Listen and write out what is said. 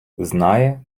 знає